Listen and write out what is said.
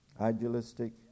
idealistic